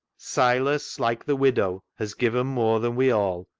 silas, like the widow, has given more than we all,